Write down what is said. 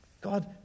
God